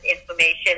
information